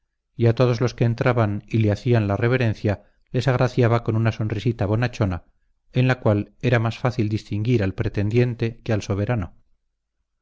y a todos los que entraban y le hacían la reverencia les agraciaba con una sonrisita bonachona en la cual era más fácil distinguir al pretendiente que al soberano